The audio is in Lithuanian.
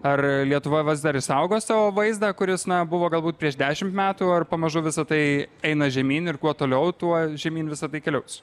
ar lietuva vas dar išsaugo savo vaizdą kuris na buvo galbūt prieš dešim metų ar pamažu visa tai eina žemyn ir kuo toliau tuo žemyn visa tai keliaus